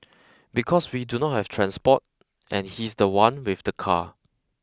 because we do not have transport and he's the one with the car